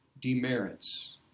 demerits